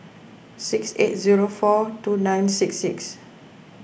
six eight zero four two nine six six